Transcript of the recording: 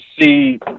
see